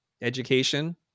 education